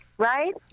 Right